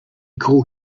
called